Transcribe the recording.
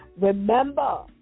Remember